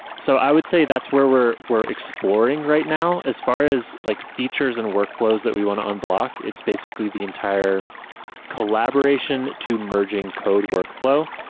so i would say that's where we're we're exploring right now as far as like features and workflows that we want to unblock. it's basically the entire collaboration to merging code workflow.